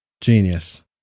Genius